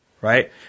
Right